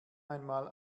einmal